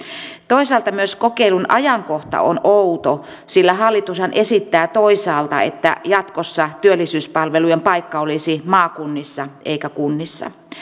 toisaalta myös kokeilun ajankohta on outo sillä hallitushan esittää toisaalta että jatkossa työllisyyspalvelujen paikka olisi maakunnissa eikä kunnissa